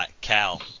Cal